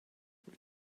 wyt